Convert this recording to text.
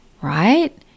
right